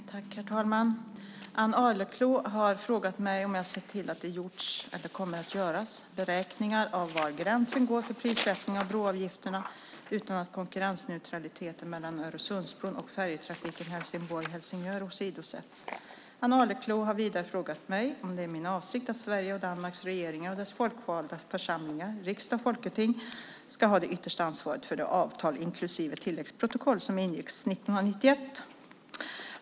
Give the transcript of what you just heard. Herr talman! Ann Arleklo har frågat mig om jag sett till att det gjorts eller kommer att göras beräkningar av var gränsen går för prissättningen av broavgifterna utan att konkurrensneutraliteten mellan Öresundsbron och färjetrafiken Helsingborg-Helsingör åsidosätts. Ann Arleklo har vidare frågat mig om det är min avsikt att Sveriges och Danmarks regeringar och dess folkvalda församlingar, riksdag och folketing, ska ha det yttersta ansvaret för det avtal inklusive tilläggsprotokoll som ingicks 1991.